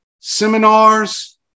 seminars